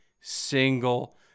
single